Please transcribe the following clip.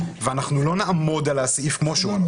ואנחנו לא נעמוד על הסעיף כמו שהוא.